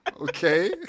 Okay